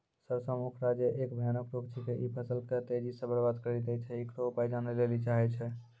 सरसों मे उखरा जे एक भयानक रोग छिकै, इ फसल के तेजी से बर्बाद करि दैय छैय, इकरो उपाय जाने लेली चाहेय छैय?